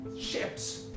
ships